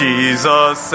Jesus